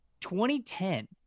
2010